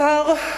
שר,